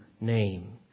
name